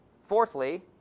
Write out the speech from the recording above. fourthly